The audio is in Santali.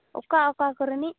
ᱚᱠᱟ ᱚᱠᱟ ᱠᱚᱨᱮᱱᱤᱡ